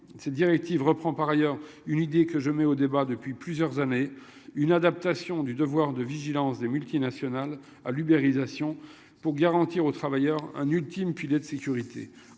Ces directives reprend par ailleurs une idée que je mets au débat depuis plusieurs années une adaptation du devoir de vigilance des multinationales à l'uberisation pour garantir aux travailleurs un ultime filet de sécurité.